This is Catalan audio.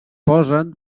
posen